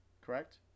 correct